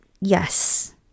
yes